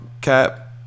Cap